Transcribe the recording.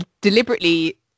deliberately